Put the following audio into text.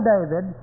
David